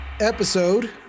episode